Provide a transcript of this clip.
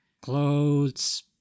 Clothes